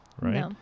right